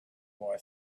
boy